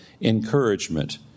encouragement